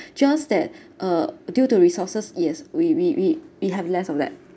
just that uh due to resources yes we we we have less of that